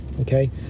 Okay